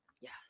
yes